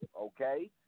okay